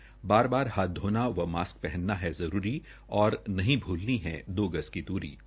बार बार हाथ धोना व मास्क पहनना है जरूरी और नहीं भूलनी है दो गज की द्री